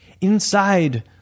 Inside